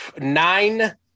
nine